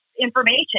Information